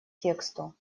тексту